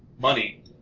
money